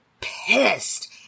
pissed